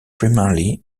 primarily